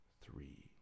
three